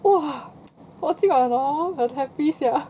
!wah! 我今晚 hor 很 happy sia